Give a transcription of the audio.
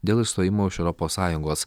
dėl išstojimo iš europos sąjungos